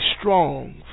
strong